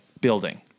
building